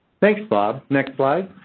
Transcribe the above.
thanks, bob. next slide.